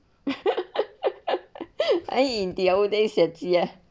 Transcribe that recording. I in the old days yes ya